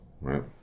right